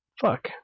fuck